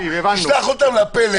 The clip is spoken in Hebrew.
תשלח אותם לפלג.